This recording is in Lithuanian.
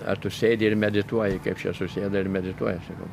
ar tu sėdi ir medituoji kaip čia susėda ir medituoja aš sakau